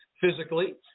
physically